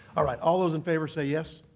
all right. all those in favor say yes.